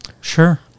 Sure